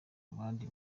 abandi